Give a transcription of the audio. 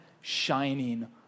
shining